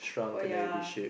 oh ya